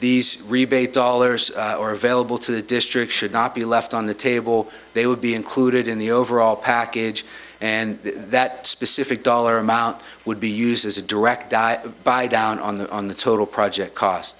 these rebate dollars or available to the district should not be left on the table they would be included in the overall package and that specific dollar amount would be used as a direct tie by down on the total project cost